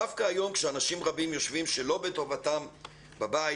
דווקא היום כשאנשים רבים יושבים שלא בטובתם בבית,